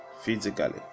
physically